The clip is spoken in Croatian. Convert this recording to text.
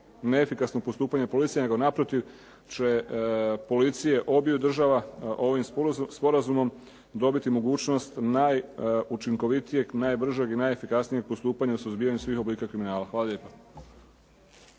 neefikasno postupanje policije, nego naprotiv će policije obiju država ovim sporazumom dobiti mogućnost najučinkovitijeg, najbržeg i najefikasnijeg postupanja u suzbijanju svih oblika kriminala. Hvala lijepa.